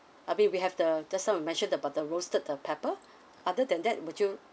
I mean we have the just now we mentioned about the roasted the pepper other than that would you